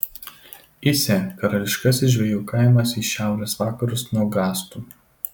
įsė karališkasis žvejų kaimas į šiaurės vakarus nuo gastų